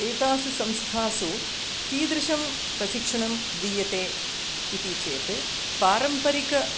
एतासु संस्थासु कीदृशं प्रशिक्षणं दीयते इति चेत् पारम्परिका